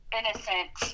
innocent